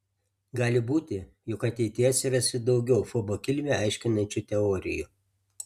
gali būti jog ateityje atsiras ir daugiau fobo kilmę aiškinančių teorijų